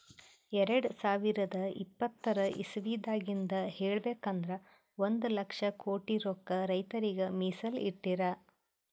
ಎರಡ ಸಾವಿರದ್ ಇಪ್ಪತರ್ ಇಸವಿದಾಗಿಂದ್ ಹೇಳ್ಬೇಕ್ ಅಂದ್ರ ಒಂದ್ ಲಕ್ಷ ಕೋಟಿ ರೊಕ್ಕಾ ರೈತರಿಗ್ ಮೀಸಲ್ ಇಟ್ಟಿರ್